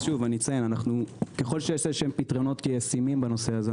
שוב, ככל שיש פתרונות ישימים בנושא הזה-